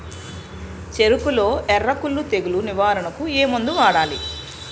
చెఱకులో ఎర్రకుళ్ళు తెగులు నివారణకు ఏ మందు వాడాలి?